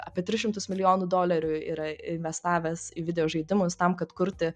apie tris šimtus milijonų dolerių yra investavęs į videožaidimus tam kad kurti